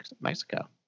Mexico